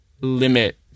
limit